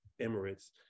Emirates